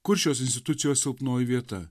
kur šios institucijos silpnoji vieta